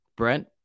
Brent